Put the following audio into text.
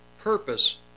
purpose